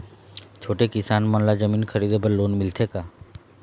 छोटे किसान मन ला जमीन खरीदे बर लोन मिलथे का?